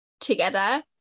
together